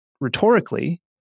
rhetorically